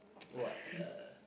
what uh